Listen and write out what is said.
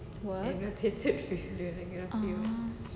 work ah